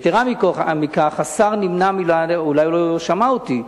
יתירה מכך, השר נמנע, אולי הוא לא שמע אותי,